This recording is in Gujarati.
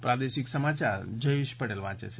પ્રાદેશિક સમાચાર જયેશ પટેલ વાંચે છે